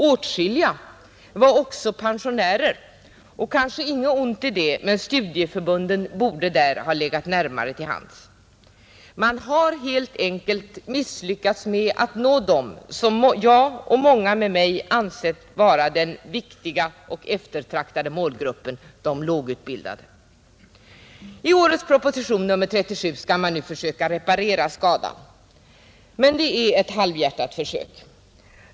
Åtskilliga var också pensionärer — kanske inget ont i det, men studieförbunden borde där har legat närmare till hands. Man har helt enkelt misslyckats med att nå dem som jag och många med mig ansett vara den viktiga och eftertraktade målgruppen: de lågutbildade. I årets proposition nr 37 skall man nu försöka reparera den skadan. Men det är ett halvhjärtat försök.